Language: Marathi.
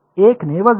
1 ने वजा